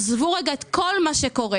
עזבו רגע את כל מה שקורה.